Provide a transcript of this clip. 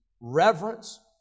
reverence